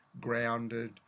grounded